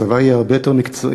הצבא יהיה הרבה יותר מקצועי,